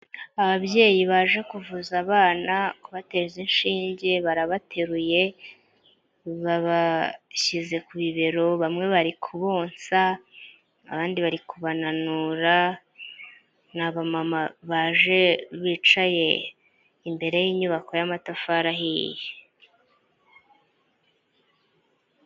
Ababyeyi baje kuvuza abana kubateza inshinge barabateruye babashyize ku bibero bamwe bari kubonsa abandi bari kubananura, ni abamama baje bicaye imbere y'inyubako y'amatafari ahiye.